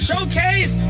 Showcase